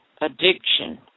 addiction